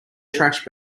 trash